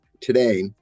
Today